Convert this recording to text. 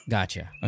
Gotcha